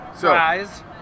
Guys